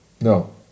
No